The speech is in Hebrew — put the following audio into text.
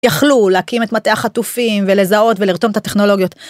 יכלו להקים את מטה החטופים ולזהות ולרתום את הטכנולוגיות.